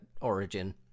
origin